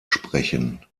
sprechen